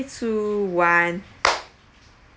two one